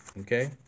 Okay